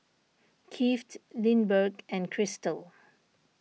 Kieth Lindbergh and Krystle